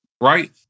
Right